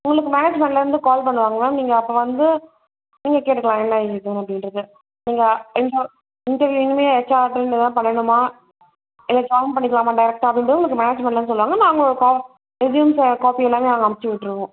உங்களுக்கு மேனேஜ்மெண்ட்டில் இருந்து கால் பண்ணுவாங்க மேம் நீங்கள் அப்போ வந்து நீங்கள் கேட்டுக்கலாம் என்ன ஏது அப்படின்றத நீங்கள் இன்டர் இன்டெர்வியூ இனிமேல் எச்ஆர் அட்டெண்ட் எதாவது பண்ணணுமா இல்லை ஜாயின் பண்ணிக்கலாமா டேரெக்டாக அப்படின்றது உங்களுக்கு மேனேஜ்மென்ட்டில் இருந்து சொல்லுவாங்க நாங்கள் கா ரெசுயும்ஸ்ஸை காப்பி எல்லாமே நாங்கள் அமுச்சு விட்ருவோம்